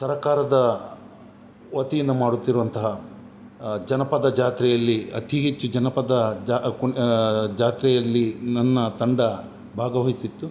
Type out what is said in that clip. ಸರಕಾರದ ವತಿಯಿಂದ ಮಾಡುತ್ತಿರುವಂತಹ ಜನಪದ ಜಾತ್ರೆಯಲ್ಲಿ ಅತಿ ಹೆಚ್ಚು ಜನಪದ ಜ ಕುಣಿ ಜಾತ್ರೆಯಲ್ಲಿ ನನ್ನ ತಂಡ ಭಾಗವಹಿಸಿತ್ತು